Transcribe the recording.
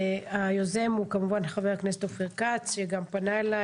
היוזם הוא כמובן ח"כ אופיר כץ שגם פנה אלי